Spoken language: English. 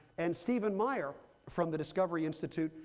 and stephen meyer from the discovery institute,